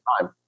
time